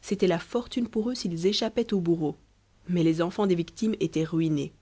c'était la fortune pour eux s'ils échappaient au bourreau mais les enfants des victimes étaient ruinés